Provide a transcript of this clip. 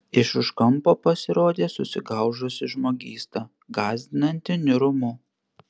iš už kampo pasirodė susigaužusi žmogysta gąsdinanti niūrumu